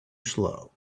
slow